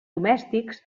domèstics